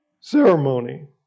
ceremony